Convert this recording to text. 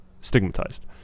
stigmatized